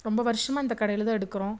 ரொம்ப வருஷமா இந்த கடையில் தான் எடுக்கிறோம்